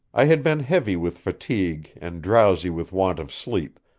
i had been heavy with fatigue and drowsy with want of sleep,